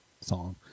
song